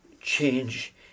change